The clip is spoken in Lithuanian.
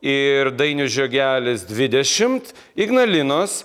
ir dainius žiogelis dvidešimt ignalinos